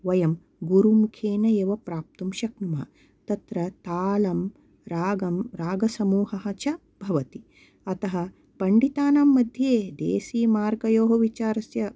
वयं गुरुमुखेन एव प्राप्तुं शक्नुमः तत्र तालं रागं रागसमूहः च भवति अतः पण्डितानं मध्ये देसी मार्गयोः विचारस्य